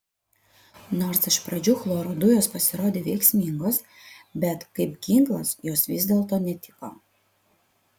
nors iš pradžių chloro dujos pasirodė veiksmingos bet kaip ginklas jos vis dėlto netiko